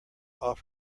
off